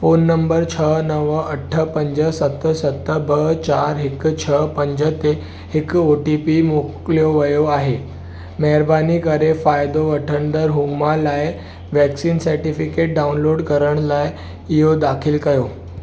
phone number छ्ह नव अठ पंज सत सत ॿ चार हिकु छ्ह पंज ते हिकु ओ टी पी मोकिलियो वियो आहे महिरबानी करे फ़ाइदो वठंदड़ हुमा लाइ वैक्सीन सर्टिफिकेट डाउनलोड करण लाइ इहो दाख़िल कयो